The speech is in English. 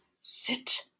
sit